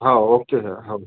हो okay sir हो